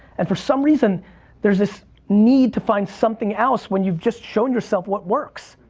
and for some reason there's this need to find something else when you've just shown yourself what works.